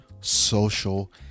social